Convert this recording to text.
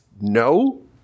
no